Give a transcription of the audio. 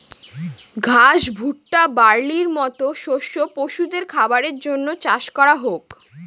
ঘাস, ভুট্টা, বার্লির মতো শস্য পশুদের খাবারের জন্য চাষ করা হোক